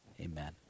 Amen